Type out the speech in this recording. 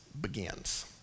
begins